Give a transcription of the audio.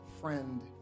friend